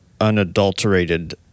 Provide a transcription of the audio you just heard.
unadulterated